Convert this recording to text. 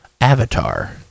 Avatar